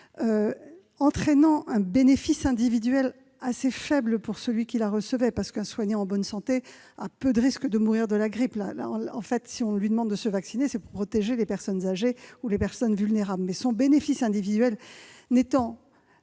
entraînant un bénéfice individuel assez faible pour celui qui la recevait- un soignant en bonne santé a peu de risques de mourir de la grippe ; si on lui demande de se vacciner, c'est pour protéger les personnes âgées ou les personnes vulnérables -, il n'était